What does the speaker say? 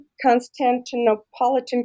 Constantinopolitan